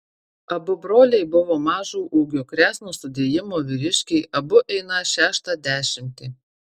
abu broliai buvo mažo ūgio kresno sudėjimo vyriškiai abu einą šeštą dešimtį